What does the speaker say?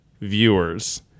viewers